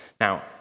Now